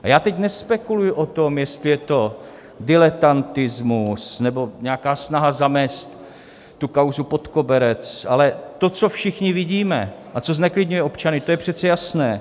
A já teď nespekuluji o tom, jestli je to diletantismus, nebo nějaká snaha zamést tu kauzu pod koberec, ale to, co všichni vidíme a co zneklidňuje občany, je přece jasné.